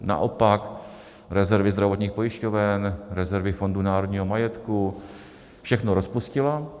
Naopak rezervy zdravotních pojišťoven, rezervy Fondu národního majetku všechno rozpustila.